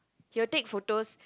he will take photos